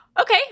okay